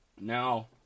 Now